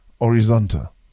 horizontal